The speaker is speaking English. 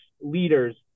leaders